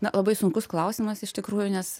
na labai sunkus klausimas iš tikrųjų nes